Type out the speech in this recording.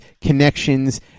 connections